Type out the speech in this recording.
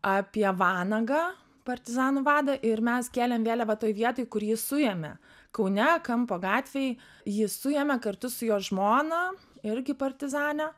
apie vanagą partizanų vadą ir mes kėlėm vėliavą toj vietoj kur jį suėmė kaune kampo gatvėj jį suėmė kartu su jo žmona irgi partizane